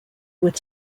with